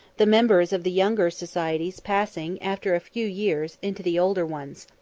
the members of the younger societies passing, after a few years, into the older ones.